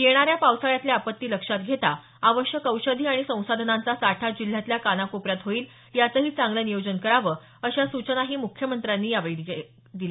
येणाऱ्या पावसाळ्यातल्या आपत्ती लक्षात घेता आवश्यक औषधी आणि संसाधनांचा साठा जिल्ह्यातल्या कानाकोपऱ्यात होईल याचंही चांगलं नियोजन करावं अशा सूचनाही मुख्यमंत्र्यांनी यावेळी केल्या